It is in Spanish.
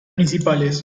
principales